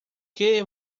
que